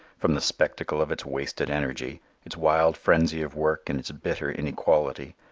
from the spectacle of its wasted energy, its wild frenzy of work and its bitter inequality,